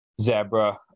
Zebra